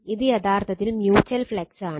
ഇത് യഥാർത്ഥത്തിൽ mutual flux ആണ്